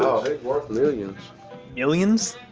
um worth millions millions?